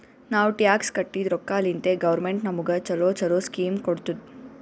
ನಾವ್ ಟ್ಯಾಕ್ಸ್ ಕಟ್ಟಿದ್ ರೊಕ್ಕಾಲಿಂತೆ ಗೌರ್ಮೆಂಟ್ ನಮುಗ ಛಲೋ ಛಲೋ ಸ್ಕೀಮ್ ಕೊಡ್ತುದ್